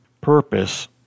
purpose